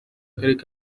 y’akarere